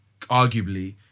arguably